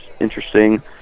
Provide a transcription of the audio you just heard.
interesting